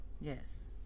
Yes